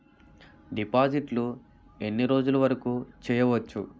డిపాజిట్లు ఎన్ని రోజులు వరుకు చెయ్యవచ్చు?